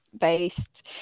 based